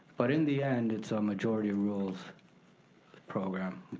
but in the end it's a majority rules program,